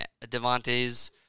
Devontae's